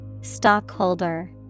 Stockholder